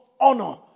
honor